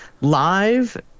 live